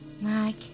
Mike